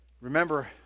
Remember